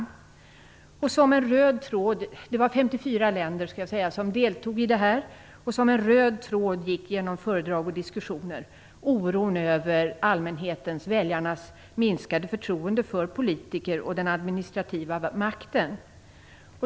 54 länder deltog i konferensen. Som en röd tråd genom föredrag och diskussioner gick oron över allmänhetens/väljarnas minskade förtroende för politiker och den administrativa makten.